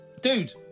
dude